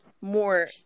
more